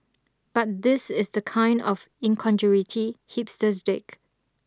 but this is the kind of incongruity hipsters dig